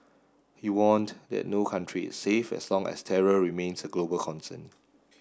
he warned that no country is safe as long as terror remains a global concern